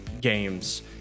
games